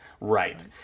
right